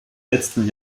letzten